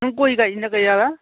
नों गय गायोना गायाबा